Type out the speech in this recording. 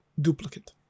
duplicate